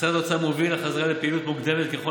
משרד האוצר מוביל לחזרה לפעילות מוקדמת ככל